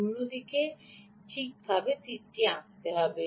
অন্যদিকে ঠিক তীরটি আঁকতে হবে